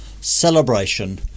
celebration